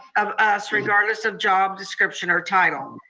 of us, regardless of job description or title.